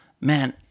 man